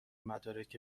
مدارک